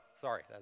Sorry